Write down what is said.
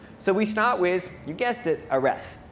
so we start with, you guessed it, a ref.